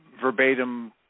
verbatim